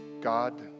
God